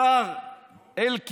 בשנת 2018, השר אלקין